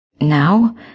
Now